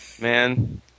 Man